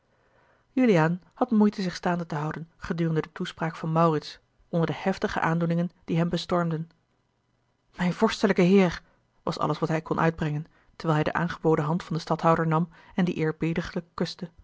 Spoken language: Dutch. juliaan had moeite zich staande te houden gedurende de toespraak van maurits onder de heftige aandoeningen die hem bestormden mijn vorstelijke heer was alles wat hij kon uitbrengen terwijl hij de aangeboden hand van den stadhouder nam en die eerbiediglijk kuste